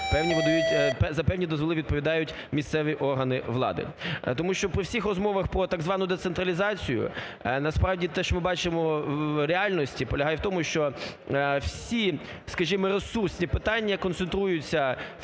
за певні дозволи відповідають місцеві органи влади. Тому що по всіх розмовах про так звану децентралізацію, насправді, те, що ми бачимо в реальності, полягає у тому, що всі, скажімо, ресурсні питання концентруються